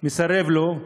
מסרב להם,